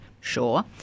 Sure